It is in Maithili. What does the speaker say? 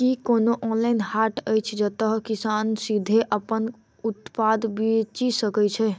की कोनो ऑनलाइन हाट अछि जतह किसान सीधे अप्पन उत्पाद बेचि सके छै?